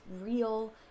real